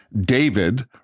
David